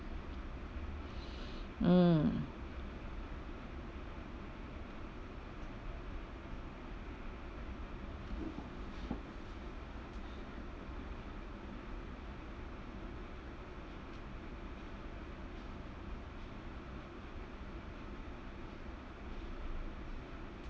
mm